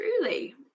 Truly